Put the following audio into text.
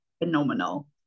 phenomenal